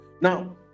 now